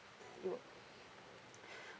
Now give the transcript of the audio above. you wou~